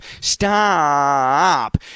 stop